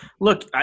look